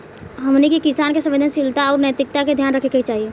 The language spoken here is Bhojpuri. हमनी के किसान के संवेदनशीलता आउर नैतिकता के ध्यान रखे के चाही